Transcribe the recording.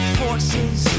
forces